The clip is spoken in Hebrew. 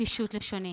פישוט לשוני.